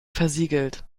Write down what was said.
versiegelt